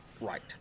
right